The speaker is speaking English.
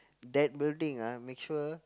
that building ah make sure